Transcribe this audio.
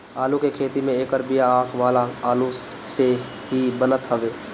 आलू के खेती में एकर बिया आँख वाला आलू से ही बनत हवे